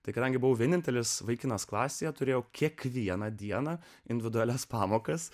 tai kadangi buvau vienintelis vaikinas klasėje turėjau kiekvieną dieną individualias pamokas